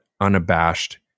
unabashed